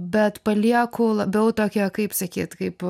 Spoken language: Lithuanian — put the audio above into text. bet palieku labiau tokią kaip sakyt kaip